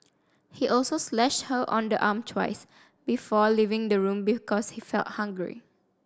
he also slashed her on the arm twice before leaving the room because he felt hungry